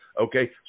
Okay